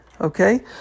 Okay